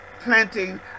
planting